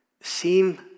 seem